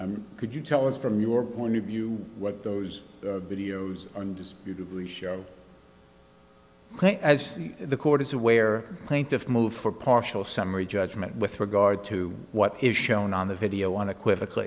d could you tell us from your point of view what those videos undisputedly show as the court is aware plaintiffs move for partial summary judgment with regard to what is shown on the video on equivocal